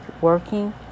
Working